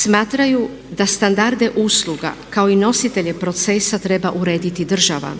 Smatraju da standarde usluga kao i nositelje procesa treba urediti država